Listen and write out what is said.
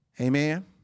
amen